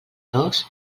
dos